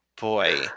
Boy